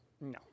no